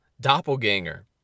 doppelganger